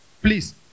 Please